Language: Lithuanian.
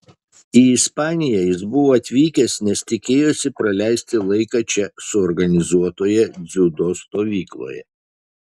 į ispaniją jis buvo atvykęs nes tikėjosi praleisti laiką čia suorganizuotoje dziudo stovykloje